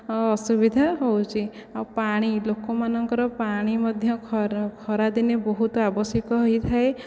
ଅସୁବିଧା ହେଉଛି ଆଉ ପାଣି ଲୋକମାନଙ୍କର ପାଣି ମଧ୍ୟ ଖରାଦିନେ ବହୁତ ଆବଶ୍ୟକ ହୋଇଥାଏ